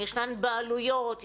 ישנן בעלויות,